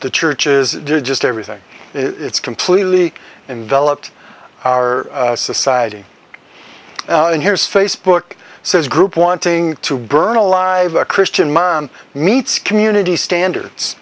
the churches just everything it's completely enveloped our society and here's facebook says group wanting to burn alive a christian man meets community standards